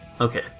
Okay